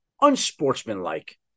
Unsportsmanlike